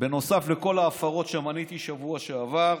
בנוסף לכל ההפרות שמניתי בשבוע שעבר,